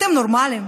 אתם נורמליים?